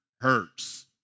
hurts